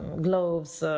gloves so